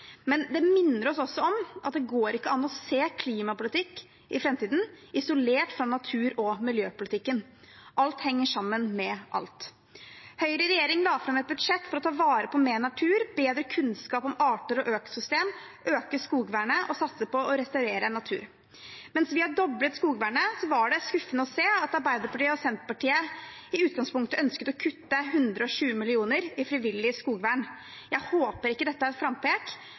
men det minner oss også om at det ikke går an å se klimapolitikk isolert fra natur- og miljøpolitikken i framtiden. Alt henger sammen med alt. Høyre i regjering la fram et budsjett for å ta vare på mer natur, få bedre kunnskap om arter og økosystem, øke skogvernet og satse på å restaurere natur. Mens vi doblet skogvernet, var det skuffende å se at Arbeiderpartiet og Senterpartiet i utgangspunktet ønsket å kutte 120 mill. kr i frivillig skogvern. Jeg håper ikke dette